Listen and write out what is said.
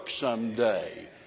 someday